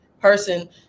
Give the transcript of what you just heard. person